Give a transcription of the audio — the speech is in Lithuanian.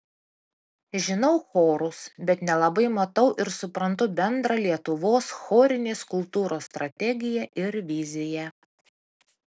žinau chorus bet nelabai matau ir suprantu bendrą lietuvos chorinės kultūros strategiją ir viziją